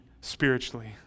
spiritually